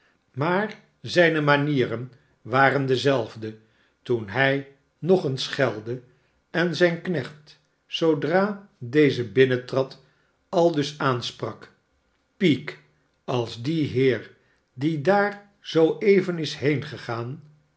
maar zijne manieren waren dezelfde toen hij nog eens schelde en zijn knecht zoodra deze binnentrad aldus aansprak peak als die heer die daar zoo even